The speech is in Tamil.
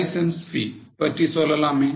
license fee பற்றி சொல்லலாமே